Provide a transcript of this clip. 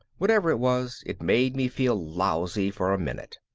whatever it was, it made me feel lousy for a minute.